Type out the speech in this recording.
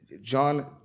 John